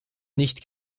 nicht